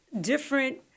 different